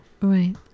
Right